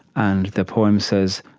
and the poem says,